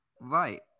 Right